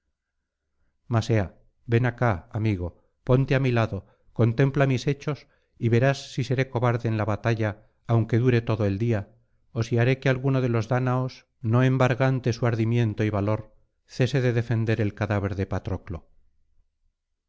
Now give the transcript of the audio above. ea ven acá amigo ponte á mi lado contempla mis hechos y verás si seré cobarde en la batalla aunque dure todo el día ó si haré que alguno de los dáñaos no embargante su ardimiento y valor cese de defender el cadáver de